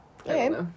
Okay